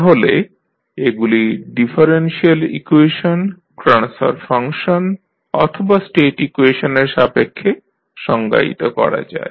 তাহলে এগুলি differential equation transfer function অথবা স্টেট ইকুয়েশনের সাপেক্ষে সংজ্ঞায়িত করা যায়